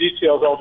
details